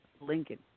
Lincoln